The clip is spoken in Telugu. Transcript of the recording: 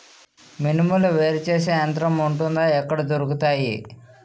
మినుములు వేరు చేసే యంత్రం వుంటుందా? ఎక్కడ దొరుకుతాయి?